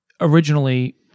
originally